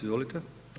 Izvolite.